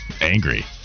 Angry